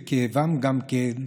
וגם כאבם,